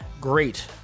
great